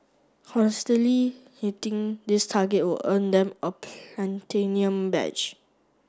constantly hitting this target would earn them a platinum badge